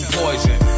poison